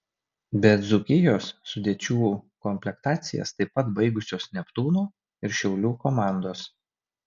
be dzūkijos sudėčių komplektacijas taip pat baigusios neptūno ir šiaulių komandos